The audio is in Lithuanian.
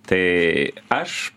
tai aš